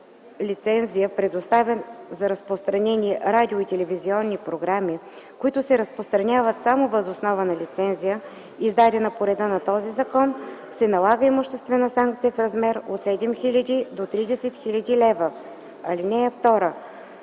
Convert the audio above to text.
лицензия предоставя за разпространение радио- и телевизионни програми, които се разпространяват само въз основа на лицензия, издадена по реда на този закон, се налага имуществена санкция в размер от 7000 до 30 000 лв. (2)